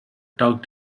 tugged